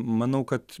manau kad